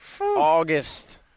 August